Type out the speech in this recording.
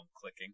clicking